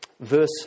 Verse